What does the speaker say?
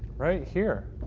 right here?